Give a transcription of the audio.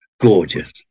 Gorgeous